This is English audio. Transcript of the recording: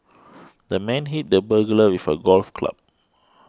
the man hit the burglar with a golf club